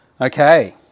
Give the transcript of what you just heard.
Okay